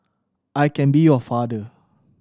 I can be your father